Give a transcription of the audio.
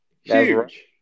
huge